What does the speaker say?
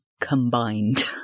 combined